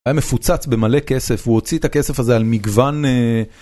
היה מפוצץ במלא כסף, הוא הוציא את הכסף הזה על מגוון...